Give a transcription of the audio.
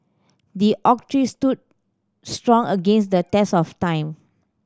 the oak tree stood strong against the test of time